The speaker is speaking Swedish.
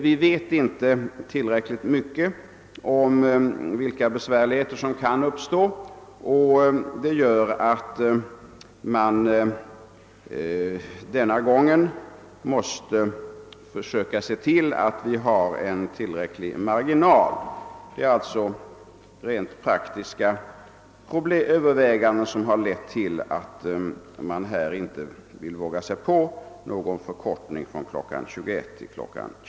Vi vet inte tillräckligt mycket om vilka besvärligheter som kan uppstå, och det gör att vi denna gång måste se till att vi har en tillräcklig marginal. Det är alltså rent praktiska överväganden som har lett till att man inte vågar sig på någon förkortning från kl. 21 till kl.